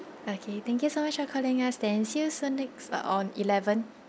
okay thank you so much for calling us then see you soon next uh on eleven